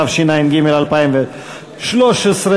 התשע"ג 2013,